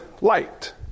light